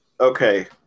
Okay